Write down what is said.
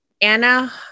anna